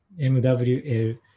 MWL